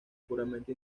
puramente